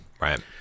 Right